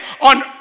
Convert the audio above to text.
on